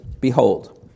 behold